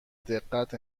دقت